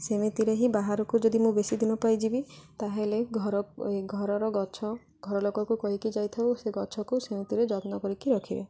ସେମିତିରେ ହିଁ ବାହାରକୁ ଯଦି ମୁଁ ବେଶୀ ଦିନ ପାଇଯିବି ତା'ହେଲେ ଘର ଏ ଘରର ଗଛ ଘରଲୋକକୁ କହିକି ଯାଇଥାଉ ସେ ଗଛକୁ ସେମିତିରେ ଯତ୍ନ କରିକି ରଖିବେ